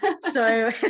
so-